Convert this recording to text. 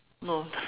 no